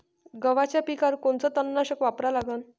गव्हाच्या पिकावर कोनचं तननाशक वापरा लागन?